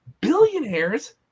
Billionaires